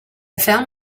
found